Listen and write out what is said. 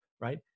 right